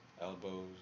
elbows